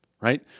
right